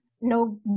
no